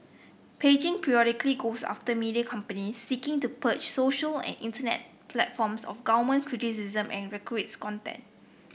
Beijing periodically goes after media companies seeking to purge social and internet platforms of government criticism and risque content